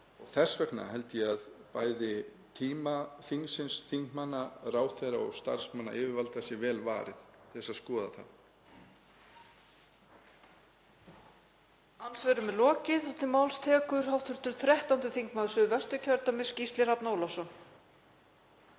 Þess vegna held ég að tíma þingsins, þingmanna, ráðherra og starfsmanna yfirvalda sé vel varið í að skoða það.